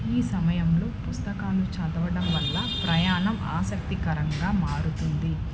ఈ సమయంలో పుస్తకాలు చదవడం వల్ల ప్రయాణం ఆసక్తికరంగా మారుతుంది